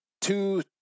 two